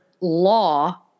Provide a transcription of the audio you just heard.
law